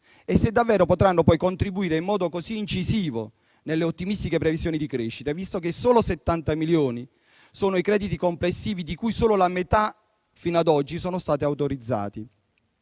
e se davvero potranno poi contribuire in modo così incisivo alle ottimistiche previsioni di crescita, visto che solo 70 milioni sono i crediti complessivi di cui solo la metà, fino ad oggi, sono stati autorizzati.